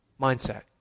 mindset